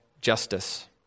Justice